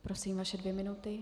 Prosím, vaše dvě minuty.